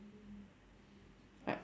I